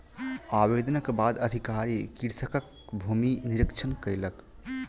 आवेदनक बाद अधिकारी कृषकक भूमि निरिक्षण कयलक